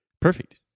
Perfect